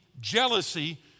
jealousy